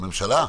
הממשלה?